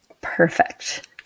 Perfect